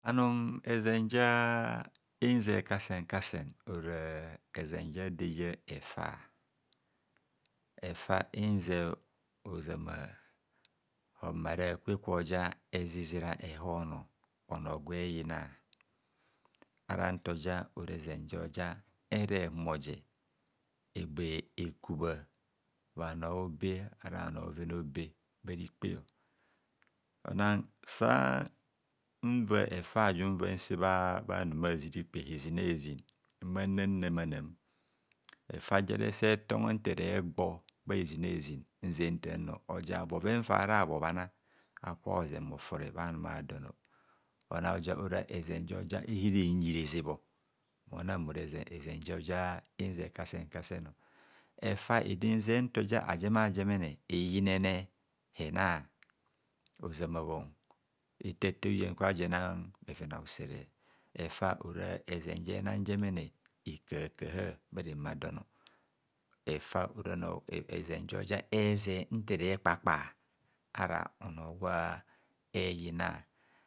Anum ezen jaa nze kasen kasen ora, ezen ja dor eya efa, efa nzeb ozama, homare a'kwe kwoja ezizira ehonor onor gwa eyina ara ntora ezen jo ja ere gbe humoje ekubha bhanor haobe ara bhanor bhoven a'obe bharikpe on sanva efa ajum nva nse bhanumea'zirikpe hezina'hezin mmana namanam efa jere se tama nta eregbor bha hezina hezin nzen tan nor oja bhoven fara habhobhana aka bhozen bhofore bha nume a'don aroja ora ezen ja ihirinyi rezebho. Onan ora ezen joja nzeb kasen kasen. Efa idinzeb ntoja ajemajemene iyinene hena, ozama bhong etata uyang kwaje enan bheven a'usere. Efa ora ezen je nam jemene ekahakaha bharemadon, efa ora ezen joja eze nterekpakpa ara onor gwa eyina.